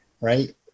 right